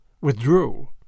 withdrew